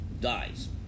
dies